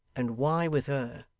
and why with her